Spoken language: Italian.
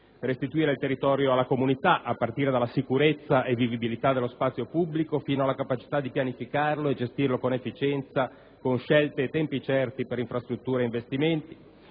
restituire il territorio alla comunità, a partire dalla sicurezza e vivibilità dello spazio pubblico, fino alla capacità di pianificarlo e gestirlo con efficienza, con scelte e tempi certi per infrastrutture e investimenti;